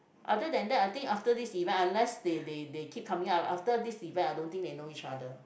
other than that I think after this event unless they they they keep coming out after this event I don't think they know each other